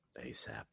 ASAP